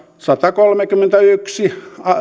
satakolmekymmentäyksi